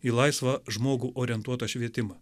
į laisvą žmogų orientuotą švietimą